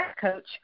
coach